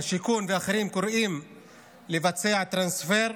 השיכון ואחרים קוראים לבצע טרנספר?